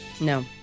No